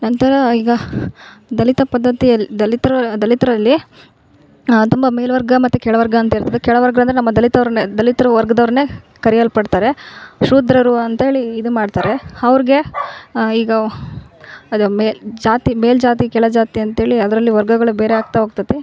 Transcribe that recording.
ನಂತರ ಈಗ ದಲಿತ ಪದ್ದತಿಯಲ್ಲಿ ದಲಿತ್ರು ದಲಿತರಲ್ಲಿ ತುಂಬ ಮೇಲ್ವರ್ಗ ಮತ್ತು ಕೆಳವರ್ಗ ಅಂತ ಇರ್ತದೆ ಕೆಳವರ್ಗ ಅಂದರೆ ನಮ್ಮ ದಲಿತೋರ್ನೆ ದಲಿತರು ವರ್ಗದವರನ್ನೆ ಕರಿಯಲ್ಪಡ್ತಾರೆ ಶೂದ್ರರು ಅಂತ್ಹೇಳಿ ಇದು ಮಾಡ್ತಾರೆ ಅವ್ರ್ಗೆ ಈಗ ಅದೆ ಮೇಲು ಜಾತಿ ಮೇಲು ಜಾತಿ ಕೆಳ ಜಾತಿ ಅಂತ್ಹೇಳೀ ಅದರಲ್ಲಿ ವರ್ಗಗಳು ಬೇರೆ ಆಗ್ತಾ ಹೋಗ್ತತಿ